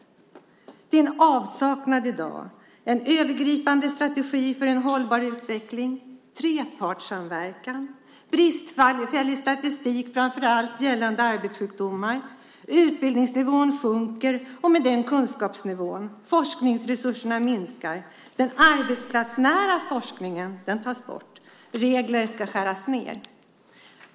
Det finns i dag en avsaknad av en övergripande strategi för hållbar utveckling och trepartssamverkan. Statistiken, framför allt gällande arbetssjukdomar, är bristfällig. Utbildningsnivån sjunker och därmed kunskapsnivån. Forskningsresurserna minskar. Den arbetsplatsnära forskningen tas bort. Regelverket ska skäras ned.